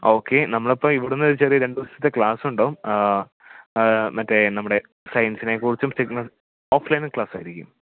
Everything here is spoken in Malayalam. ഓക്കെ നമ്മളപ്പോൾ ഇവിടെന്ന് ചെറിയ രണ്ട് ദിവസത്തെ ക്ലാസ്ണ്ടാവും മറ്റേ നമ്മുടെ സയിൻസിനെ കുറിച്ചും സിഗ്മൽ ഓഫ് ലൈൻ ക്ലാസായിരിക്കും